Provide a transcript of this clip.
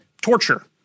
torture